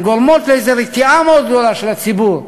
גורמות לרתיעה מאוד גדולה של הציבור,